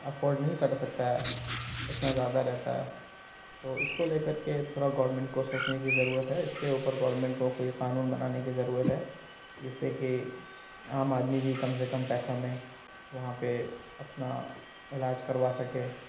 afford نہیں کر سکتا ہے اتنا زیادہ رہتا ہے تو اس کو لے کر کے تھوڑا گورنمنٹ کو سوچنے کی ضرورت ہے اس کے اوپر گورنمنٹ کوئی قانون بنانے کی ضرورت ہے جس سے کہ عام آدمی بھی کم سے کم پیسہ میں وہاں پہ اپنا علاج کروا سکے